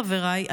חבריי,